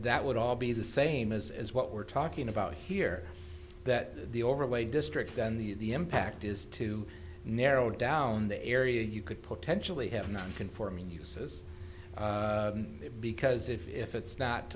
that would all be the same is what we're talking about here that the overlay district and the the impact is to narrow down the area you could potentially have non conforming uses because if it's not